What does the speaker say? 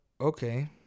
Okay